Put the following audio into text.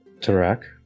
Tarak